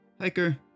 hiker